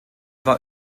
war